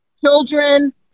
children